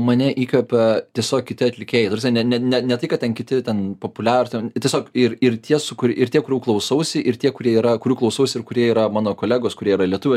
mane įkvepia tiesiog kiti atlikėjai ta prasme ne ne ne ne tai kad ten kiti ten populiarūs tiesiog ir ir ties su kur ir tie kurių klausausi ir tie kurie yra kurių klausausi ir kurie yra mano kolegos kurie yra lietuvių